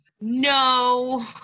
no